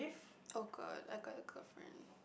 oh god I got a girlfriend